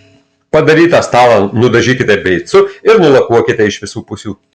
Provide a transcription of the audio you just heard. padarytą stalą nudažykite beicu ir nulakuokite iš visų pusių